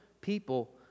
people